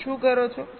તમે શું કરો છો